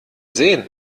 sehen